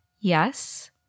Yes